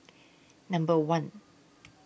Number one